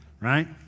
right